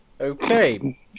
okay